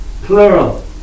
plural